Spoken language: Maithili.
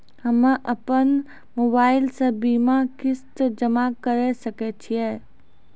हम्मे अपन मोबाइल से बीमा किस्त जमा करें सकय छियै?